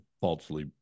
falsely